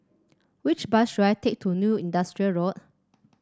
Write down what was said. which bus should I take to New Industrial Road